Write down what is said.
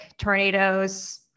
tornadoes